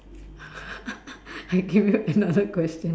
I give you another question